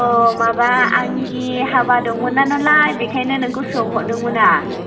औ माबा आंनि हाबा दंमोन नालाय बेनिखायनो नोंखौ सोंहरदोंमोन आं